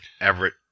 Everett